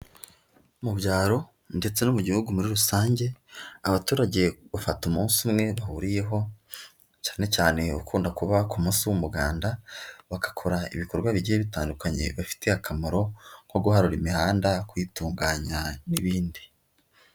Mu byaro ndetse no mu gihugu muri rusange, abaturage bafata umunsi umwe bahuriyeho, cyane cyane ukunda kuba ku munsi w'umuganda, bagakora ibikorwa bigiye bitandukanye bibafitiye akamaro, nko guharura imihanda no kuyitunganya n'ibindi.